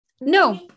No